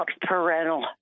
parental